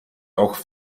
auch